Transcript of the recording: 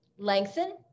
Lengthen